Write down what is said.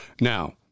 Now